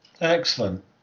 excellent